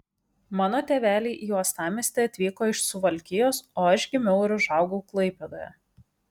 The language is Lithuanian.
mano tėveliai į uostamiestį atvyko iš suvalkijos o aš gimiau ir užaugau klaipėdoje